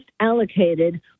allocated